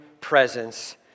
presence